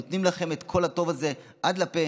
נותנים לכם את כל הטוב הזה עד הפה,